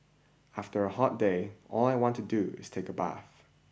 after a hot day all I want to do is take a bath